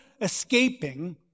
escaping